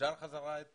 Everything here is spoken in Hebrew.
אפשר חזרה את